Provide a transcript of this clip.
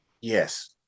Yes